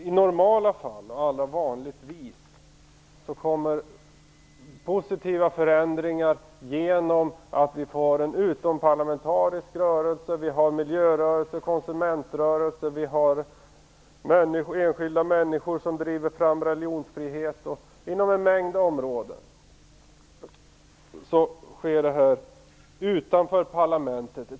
I normala fall kommer positiva förändringar genom en utomparlamentarisk rörelse, som miljörörelsen och konsumentrörelsen, eller genom att enskilda människor driver fram t.ex. religionsfrihet. Inom en mängd områden sker detta utanför parlamentet.